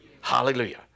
Hallelujah